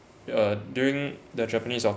uh during the japanese